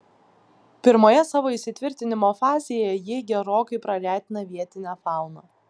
pirmoje savo įsitvirtinimo fazėje jie gerokai praretina vietinę fauną